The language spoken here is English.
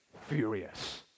Furious